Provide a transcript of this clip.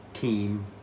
team